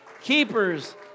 keepers